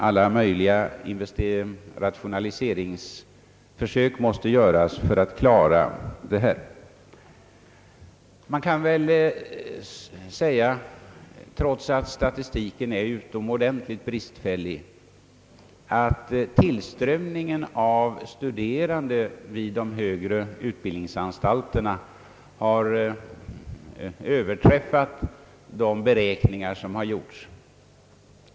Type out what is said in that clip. Alla möjliga rationaliseringsförsök måste göras för att klara detta program. Trots att statistiken är utomordentligt bristfällig, kan man väl säga att tillströmningen av studerande till de högre utbildningsanstalterna har överträffat de beräkningar som har gjorts.